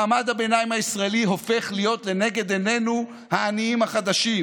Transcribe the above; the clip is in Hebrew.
מעמד הביניים הישראלי הופך להיות לנגד עינינו העניים החדשים,